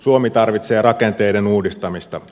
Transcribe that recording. suomi tarvitsee rakenteiden uudistamista